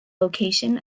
location